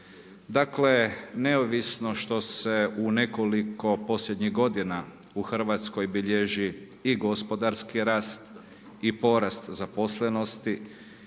Dakle, neovisno što se u nekoliko posljednjih godina u Hrvatskoj bilježi gospodarski rast i porast zaposlenosti,